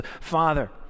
Father